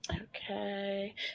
okay